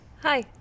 Hi